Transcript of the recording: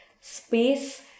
space